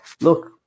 look